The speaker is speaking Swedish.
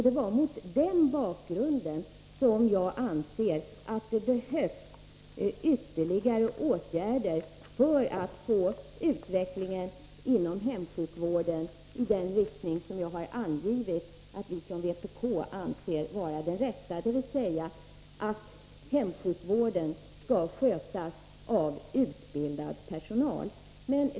Det är mot den bakgrunden som jag anser att det behövs ytterligare åtgärder för att få utvecklingen inom hemsjukvården att gå i den riktning vi från vpk anser vara den rätta, dvs. att hemsjukvården skall skötas av utbildad personal.